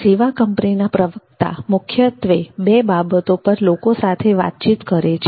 સેવા કંપનીના પ્રવક્તા મુખ્યત્વે બે બાબતો પર લોકો સાથે વાતચીત કરે છે